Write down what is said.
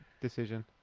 decision